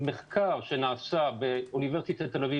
מחקר שנעשה באוניברסיטת תל-אביב,